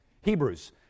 Hebrews